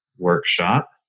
workshop